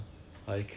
mm mm mm